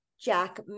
Jack